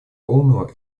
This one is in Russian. полного